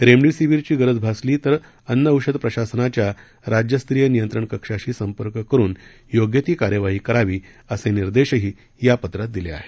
रेमडीसीवीरची गरज भासली तर अन्न औषध प्रशासनच्या राज्यास्तरीय नियंत्रण कक्षाशी संपर्क करुन योग्य ती कार्यवाही करावी असे निर्देशही या पत्रात दिले आहेत